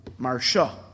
Marsha